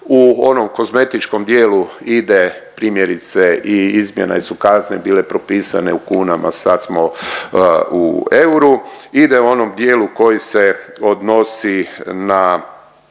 U onom kozmetičkom dijelu ide primjerice i izmjene su kazne bile propisane u kunama, sad smo u euru, ide u onom dijelu koji se odnosi na